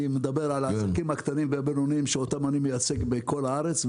אני מדבר על העסקים הקטנים והבינוניים שאותם אני מייצג בכל הארץ,